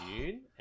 June